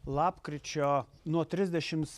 lapkričio nuo trisdešims